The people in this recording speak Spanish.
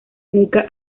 nunca